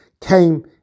came